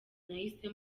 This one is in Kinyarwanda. nahise